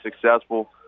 successful